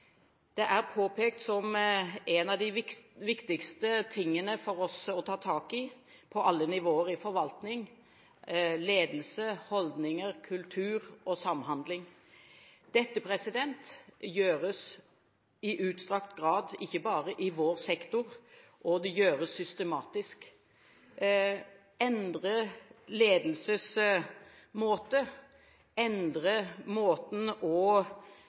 påpekt som noen av de viktigste tingene å ta tak i for oss – på alle nivåer i forvaltningen. Dette gjøres i utstrakt grad – ikke bare i vår sektor – og det gjøres systematisk. Å endre